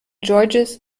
george’s